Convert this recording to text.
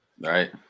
right